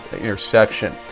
interception